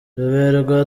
ruberwa